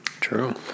True